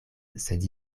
sed